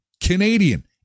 Canadian